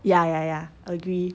ya ya ya agree